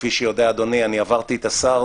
כפי שאדוני יודע, אני עברתי את הסארס,